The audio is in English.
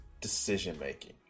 decision-making